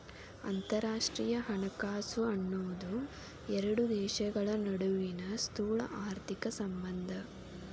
ಅಂತರರಾಷ್ಟ್ರೇಯ ಹಣಕಾಸು ಅನ್ನೋದ್ ಎರಡು ದೇಶಗಳ ನಡುವಿನ್ ಸ್ಥೂಲಆರ್ಥಿಕ ಸಂಬಂಧ